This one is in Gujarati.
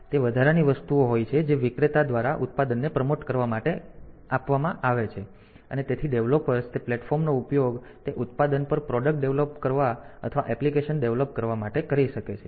તેથી તે વધારાની વસ્તુઓ હોય છે જે વિક્રેતા દ્વારા ઉત્પાદનને પ્રમોટ કરવા માટે કરવામાં આવે છે અને તેથી ડેવલોપર્સ તે પ્લેટફોર્મ નો ઉપયોગ તે ઉત્પાદન પર પ્રોડક્ટ ડેવલપ કરવા અથવા એપ્લિકેશન ડેવલપ કરવા માટે કરી શકે છે